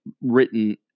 written